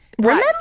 Remember